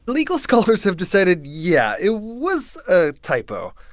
legal scholars have decided, yeah, it was a typo,